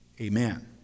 Amen